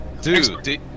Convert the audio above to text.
Dude